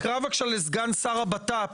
תקרא בבקשה לסגן שר הבט"פ